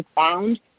found